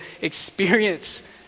experience